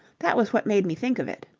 that was what made me think of it.